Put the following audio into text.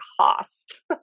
cost